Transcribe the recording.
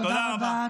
תודה רבה.